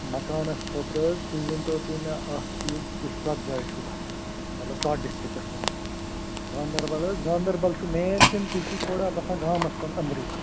مکانس خٲطرٕ حظ تُہۍ ؤنۍتو تُہۍ مےٚ اکھ چیٖز تُہۍ کَتھ جایہِ چھُو باسان حظ مطلب کَتھ ڈِسٹرکس منٛز گانٛدربل حظ گانٛدربل چھُ مین کِنہٕ تُہۍ چھُو تھوڑا باسان گامس کُن أنٛدری